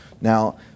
Now